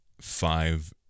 five